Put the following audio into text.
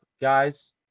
guys